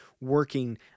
working